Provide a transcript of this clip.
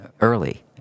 early